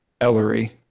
Ellery